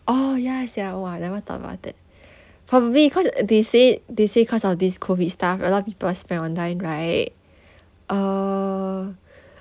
oh ya sia !wah! never thought about that probably cause uh they say they say cause of this COVID stuff a lot of people will spend online right uh